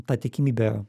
ta tikimybė